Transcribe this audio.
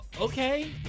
okay